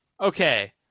okay